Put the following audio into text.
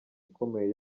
ikomeye